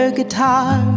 guitar